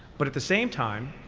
but at the same time,